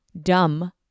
dumb